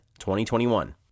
2021